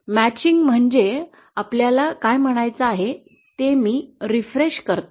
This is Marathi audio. जुळवणी मॅचिंग म्हणजे आपल्याला काय म्हणायचं आहे ते मी रिफ्रेश करतो